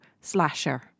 Slasher